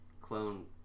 clone